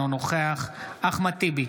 אינו נוכח אחמד טיבי,